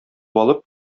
алып